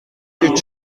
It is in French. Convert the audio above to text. que